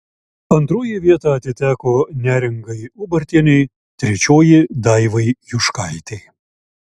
antroji vieta atiteko neringai ubartienei trečioji daivai juškaitei